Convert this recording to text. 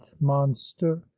monster